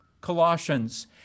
Colossians